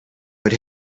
but